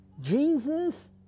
Jesus